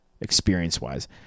experience-wise